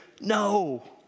no